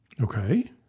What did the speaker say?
Okay